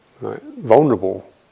vulnerable